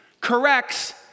corrects